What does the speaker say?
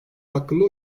hakkında